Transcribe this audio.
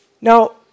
Now